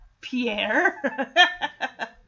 Pierre